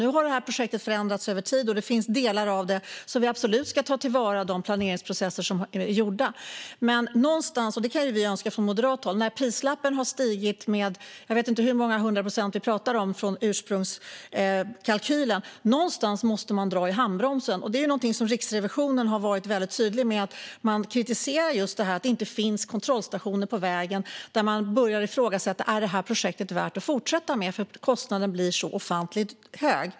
Nu har projektet förändrats över tid, och det finns delar av det som vi absolut ska ta till vara bland de planeringsprocesser som har gjorts. När prislappen har stigit med jag vet inte hur många hundra procent från ursprungskalkylen kan vi moderater önska att man någonstans drar i handbromsen. Det är också något Riksrevisionen har varit tydliga med. De kritiserade just att det inte fanns kontrollstationer på vägen där man började ifrågasätta om projektet var värt att fortsätta med, eftersom kostnaden blev ofantligt hög.